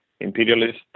imperialist